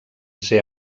ser